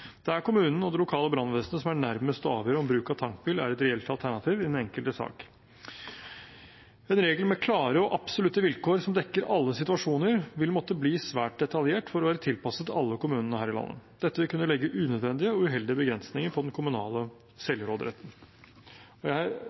Det er kommunen og det lokale brannvesenet som er nærmest til å avgjøre om bruk av tankbil er et reelt alternativ i den enkelte sak. En regel med klare og absolutte vilkår som dekker alle situasjoner, vil måtte bli svært detaljert for å være tilpasset alle kommunene her i landet. Dette vil kunne legge unødvendige og uheldige begrensninger på den kommunale selvråderetten. Jeg har ikke nevnt Asker og Bærum, men jeg